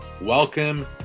Welcome